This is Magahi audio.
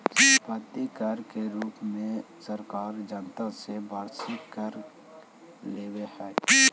सम्पत्ति कर के रूप में सरकारें जनता से वार्षिक कर लेवेऽ हई